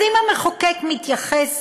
אז אם המחוקק מתייחס